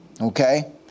okay